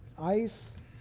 Ice